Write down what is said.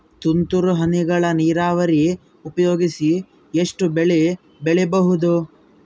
ತುಂತುರು ಹನಿಗಳ ನೀರಾವರಿ ಉಪಯೋಗಿಸಿ ಎಷ್ಟು ಬೆಳಿ ಬೆಳಿಬಹುದು?